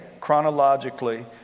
chronologically